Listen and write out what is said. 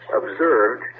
observed